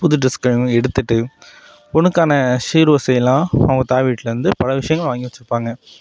புது டிரஸ்களும் எடுத்துட்டு பொண்ணுக்கான சீர்வரிசையெல்லாம் அவங்க தாய் வீட்டிலேருந்து பல விஷயங்கள் வாங்கி வச்சிருப்பாங்க